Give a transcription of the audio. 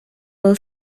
will